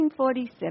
1947